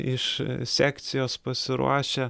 iš sekcijos pasiruošę